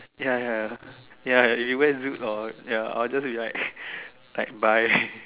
ya ya ya ya if they wear like boots or ya I'll just be like like bye